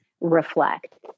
reflect